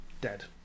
dead